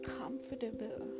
comfortable